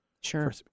Sure